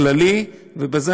היות שזה לא עבד, 30 בעד.